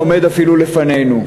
עומד אפילו לפנינו.